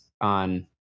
on